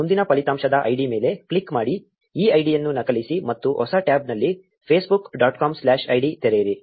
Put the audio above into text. ಮುಂದಿನ ಫಲಿತಾಂಶದ ಐಡಿ ಮೇಲೆ ಕ್ಲಿಕ್ ಮಾಡಿ ಈ ಐಡಿಯನ್ನು ನಕಲಿಸಿ ಮತ್ತು ಹೊಸ ಟ್ಯಾಬ್ನಲ್ಲಿ Facebook dot com slash ID ತೆರೆಯಿರಿ